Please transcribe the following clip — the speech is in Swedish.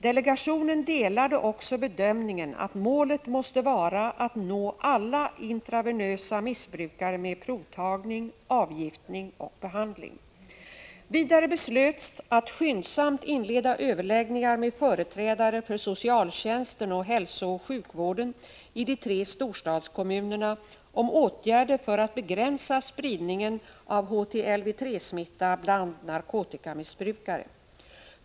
Delegationen delade också bedömningen att målet måste vara att med provtagning, avgiftning och behandling nå alla som intravenöst missbrukar centralstimulerande medel. Vidare beslöts att skyndsamt inleda överläggningar med företrädare för socialtjänsten och hälsooch sjukvården i de tre storstadskommunerna om åtgärder för att begränsa spridningen av HTLV 3-smitta bland narkotikamissbrukare.